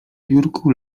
biurku